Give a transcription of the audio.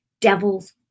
devils